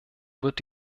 wird